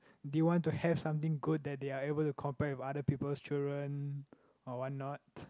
they want to have something good that they are able to compare with other people's children or what not